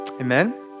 Amen